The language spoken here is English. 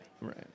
Right